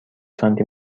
سانتی